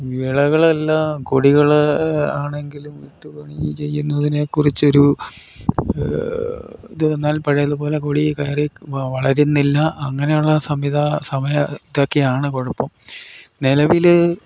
വിളകളെല്ലാം കൊടികൾ ആണെങ്കിലും വിത്തു പണി ചെയ്യുന്നതിനെ കുറിച്ചു ഒരു ഇത് വന്നാൽ പഴയതു പോലെ കൊടി കയറി വളരുന്നില്ല അങ്ങനെയുള്ള ഇതൊക്കെയാണ് കുഴപ്പം നിലവിൽ